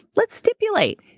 let's stipulate.